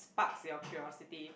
sparks your curiosity